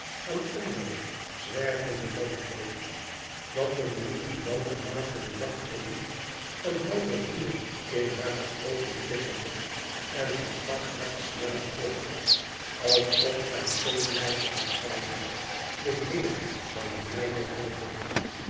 aan andere zwervende landloopers dat er nu en dan naarmate de dag verliep een helder vuur in hare oogen flikkerde en haar zwak hart sneller klopte alsof zij vol blijdschap zeide tde heer zal er mij door helpen